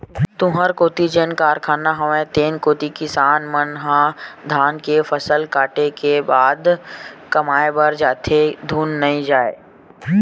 तुँहर कोती जेन कारखाना हवय तेन कोती किसान मन ह धान के फसल कटे के बाद कमाए बर जाथे धुन नइ जावय?